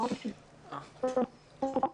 מה קורה בשלב הבא?